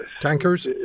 tankers